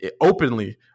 openly